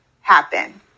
happen